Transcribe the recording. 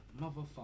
motherfucker